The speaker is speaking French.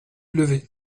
levé